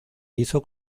hizo